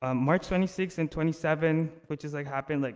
ah march twenty sixth and twenty seventh, which is, like, happened, like,